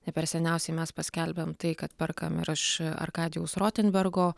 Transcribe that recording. ne per seniausiai mes paskelbėm tai kad perkam ir aš arkadijaus rotinbergo